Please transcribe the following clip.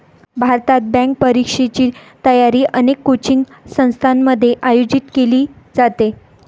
भारतात, बँक परीक्षेची तयारी अनेक कोचिंग संस्थांमध्ये आयोजित केली जाते